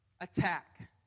attack